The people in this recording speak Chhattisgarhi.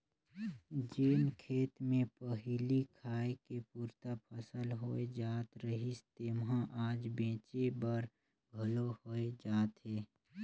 जेन खेत मे पहिली खाए के पुरता फसल होए जात रहिस तेम्हा आज बेंचे बर घलो होए जात हे